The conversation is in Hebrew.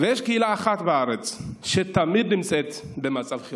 ויש קהילה אחת בארץ שתמיד נמצאת במצב חירום: